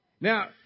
Now